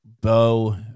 Bo